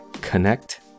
connect